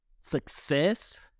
success